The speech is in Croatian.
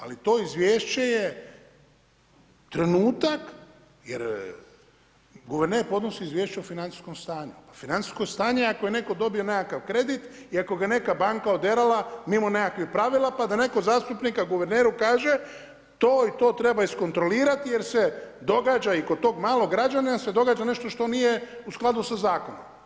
Ali to izvješće je trenutak jer guverner podnosi izvješće o financijskom stanju, a financijsko stanje je ako je neko dobije nekakav kredit i ako ga je neka banka oderala mimo nekakvih pravila pa da neko od zastupnika guverneru kaže, to i to treba iskontrolirati jer se događa i kod tog malo građanina se događa nešto što nije u skladu sa zakonom.